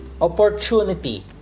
opportunity